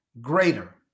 greater